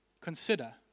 Consider